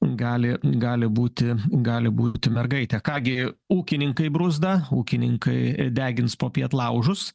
gali gali būti gali būti mergaitė ką gi ūkininkai bruzda ūkininkai degins popiet laužus